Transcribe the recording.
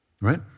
right